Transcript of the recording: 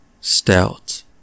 Stout